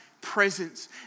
presence